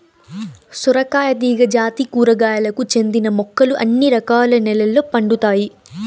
సొరకాయ తీగ జాతి కూరగాయలకు చెందిన మొక్కలు అన్ని రకాల నెలల్లో పండుతాయి